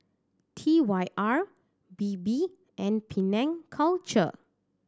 T Y R Bebe and Penang Culture